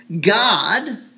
God